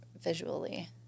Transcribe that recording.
visually